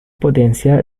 potencia